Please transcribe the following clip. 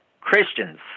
Christians